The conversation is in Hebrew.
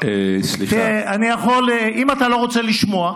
כי לא הפניתם לשם.